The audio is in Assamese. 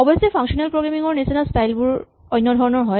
অৱশ্যেই ফাংচনেল প্ৰগ্ৰেমিং ৰ নিচিনা স্টাইল বোৰ অন্য ধৰণৰ হয়